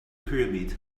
pyramids